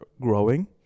growing